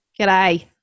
G'day